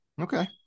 Okay